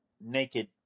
naked